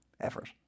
effort